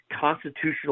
constitutional